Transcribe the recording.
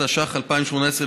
התשע"ח 2018,